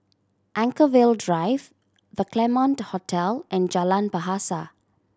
Anchorvale Drive The Claremont Hotel and Jalan Bahasa